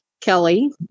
Kelly